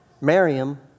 Miriam